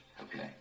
Okay